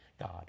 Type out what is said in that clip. God